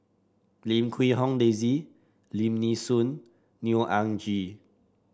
Lim Quee Hong Daisy Lim Nee Soon Neo Anngee